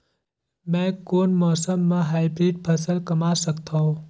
मै कोन मौसम म हाईब्रिड फसल कमा सकथव?